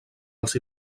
els